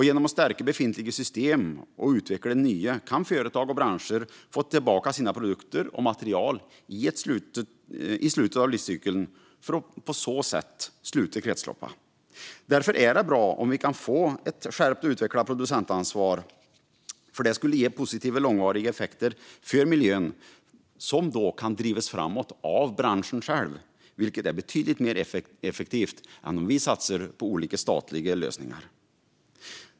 Genom att stärka befintliga system och utveckla nya kan företag och branscher få tillbaka sina produkter och material i slutet av livscykeln för att på så sätt sluta kretsloppet. Därför är det bra om vi kan få ett skärpt och utvecklat producentansvar. Det skulle ge positiva långvariga effekter för miljön som då kan drivas framåt av branschen själv, vilket är betydligt mer effektivt än om vi satsar på olika statliga lösningar.